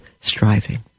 striving